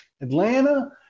Atlanta